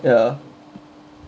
ya